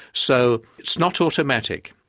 so it's not automatic.